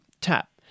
tap